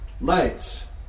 lights